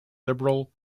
liberal